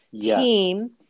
team